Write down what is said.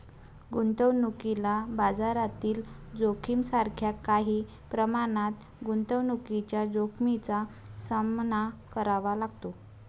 गुंतवणुकीला बाजारातील जोखमीसारख्या काही प्रमाणात गुंतवणुकीच्या जोखमीचा सामना करावा लागतो